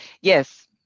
yes